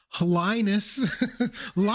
Linus